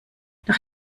nach